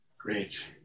Great